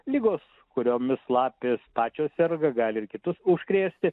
ligos kuriomis lapės pačios serga gali ir kitus užkrėsti